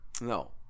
No